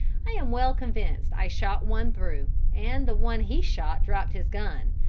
i am well convinced i shot one through, and the one he shot dropped his gun.